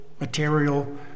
material